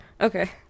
okay